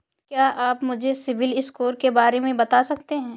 क्या आप मुझे सिबिल स्कोर के बारे में बता सकते हैं?